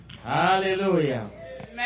hallelujah